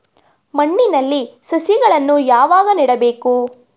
ಮಣ್ಣಿನಲ್ಲಿ ಸಸಿಗಳನ್ನು ಯಾವಾಗ ನೆಡಬೇಕು?